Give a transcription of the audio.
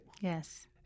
Yes